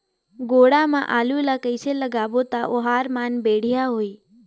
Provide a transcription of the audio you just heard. गोडा मा आलू ला कइसे लगाबो ता ओहार मान बेडिया होही?